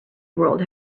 world